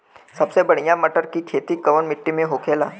सबसे बढ़ियां मटर की खेती कवन मिट्टी में होखेला?